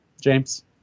james